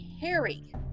Harry